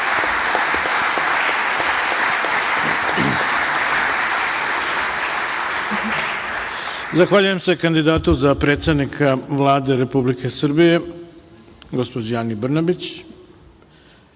Zahvaljujem se kandidatu za predsednika Vlade Republike Srbije, gospođi Ani Brnabić. Pošto,